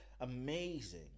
amazing